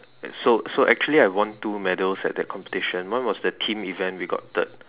so so actually I won two medals at that competition one was the team event we got third